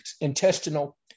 intestinal